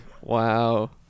Wow